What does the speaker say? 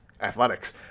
athletics